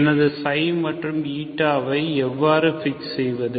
எனது ξ மற்றும் η ஐ எவ்வாறு பிக்ஸ் செய்வது